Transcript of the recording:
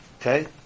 Okay